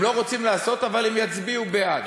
הם לא רוצים לעשות, אבל הם יצביעו בעד.